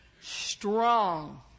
strong